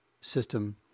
system